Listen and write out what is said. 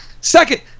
second